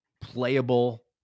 playable